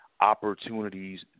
opportunities